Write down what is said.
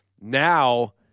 Now